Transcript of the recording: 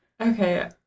okay